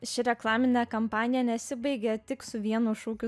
ši reklaminė kampanija nesibaigė tik su vienu šūkiu